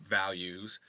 values